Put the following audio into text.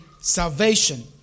salvation